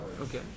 Okay